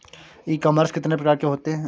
ई commerce कितने प्रकार के होते हैं?